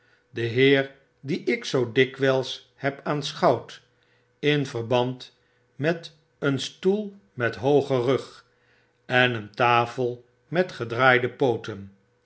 de heer dien ik zoo dikwyis heb aanschouwd in verband met een stoel met hoogen rug en een tafel met gedraaide pooten